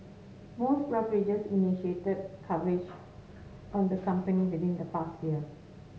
most brokerages initiated coverage on the company within the past year